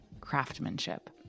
craftsmanship